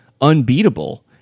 unbeatable